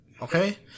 Okay